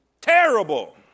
Terrible